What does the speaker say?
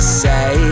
say